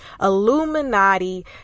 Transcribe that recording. Illuminati